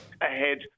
ahead